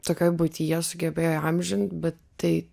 tokioj būtyje sugebėjo įamžint bet tai